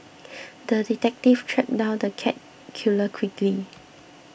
the detective tracked down the cat killer quickly